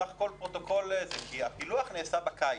כי הפילוח נעשה בקיץ,